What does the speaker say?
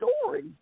story